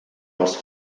els